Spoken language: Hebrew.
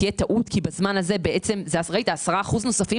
תהיה טעות כי בזמן הזה זה 10% נוספים